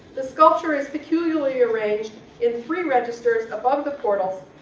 the sculpture is peculiarly arranged in three registers above the portals,